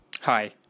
Hi